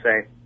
say